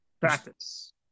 Practice